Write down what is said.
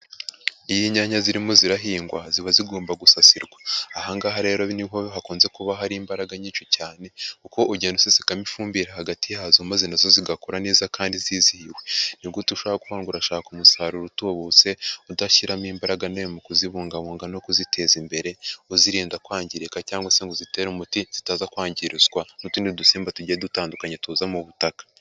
Iyo inyanya zirimo zirahingwa, ziba zigomba gusasirwa. Aha ngaha rero ni ho hakunze kuba hari imbaraga nyinshi cyane, kuko ugenda usesekamo ifumbire hagati yazo, maze na zo zigakora neza kandi zizihiwe. Nigute ushobora kuvuga ngo urashaka umusaruro utubutse, udashyiramo imbaraga nawe mu kuzibungabunga no kuziteza imbere, uzirinda kwangirika cyangwa se ngo uzitere umuti, zitaza kwangirizwa n'utundi dusimba tugiye dutandukanye tuza mu butaka.